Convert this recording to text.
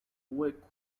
hueco